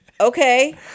okay